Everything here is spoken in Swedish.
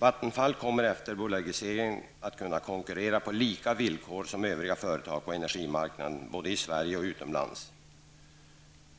Vattenfall kommer efter bolagiseringen att kunna konkurrera på samma villkor som övriga företag på energimarknaden, både i Sverige och utomlands.